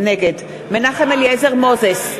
נגד מנחם אליעזר מוזס,